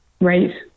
Right